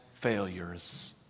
failures